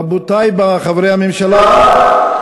רבותי חברי הממשלה,